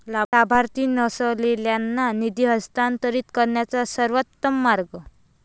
लाभार्थी नसलेल्यांना निधी हस्तांतरित करण्याचा सर्वोत्तम मार्ग